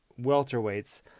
welterweights